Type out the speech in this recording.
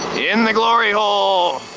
in the glory hole.